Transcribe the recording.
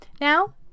Now